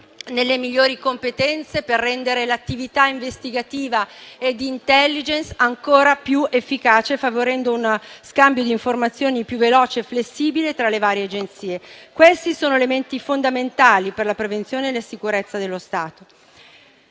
nelle migliori competenze per rendere l'attività investigativa e di *intelligence* ancora più efficace, favorendo uno scambio di informazioni più veloce e flessibile tra le varie Agenzie. Questi sono elementi fondamentali per la prevenzione e la sicurezza dello Stato.